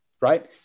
Right